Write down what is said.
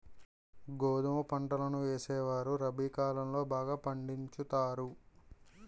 గోధుమ పంటలను వేసేవారు రబి కాలం లో బాగా పండించుతారు